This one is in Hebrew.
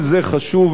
מיכאל בן-ארי,